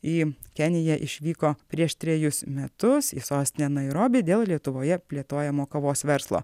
į keniją išvyko prieš trejus metus į sostinę nairobį dėl lietuvoje plėtojamo kavos verslo